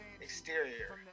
Exterior